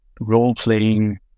role-playing